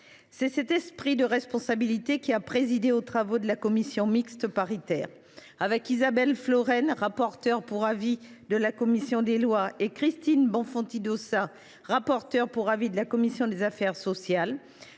C’est cet esprit de responsabilité qui a présidé aux travaux de la commission mixte paritaire. Avec Isabelle Florennes, rapporteure pour avis de la commission des lois, et Christine Bonfanti Dossat, rapporteur pour avis de la commission des affaires sociales,